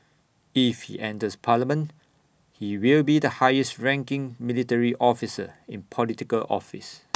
if he enters parliament he will be the highest ranking military officer in Political office